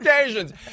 occasions